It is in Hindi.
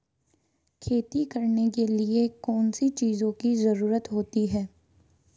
खेती करने के लिए कौनसी चीज़ों की ज़रूरत होती हैं?